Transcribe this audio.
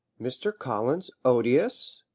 mr. collins odious!